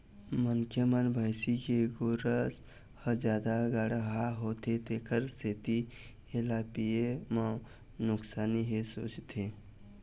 मनखे मन भइसी के गोरस ह जादा गाड़हा होथे तेखर सेती एला पीए म नुकसानी हे सोचथे